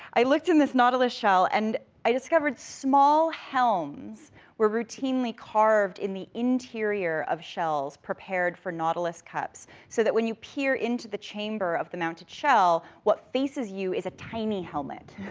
i looked in this nautilus shell, and i discovered small helms were routinely carved in the interior of shells prepared for nautilus cups, so that when you peer into the chamber of the mounted shell, what faces you is a tiny helmet.